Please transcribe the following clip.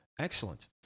Excellent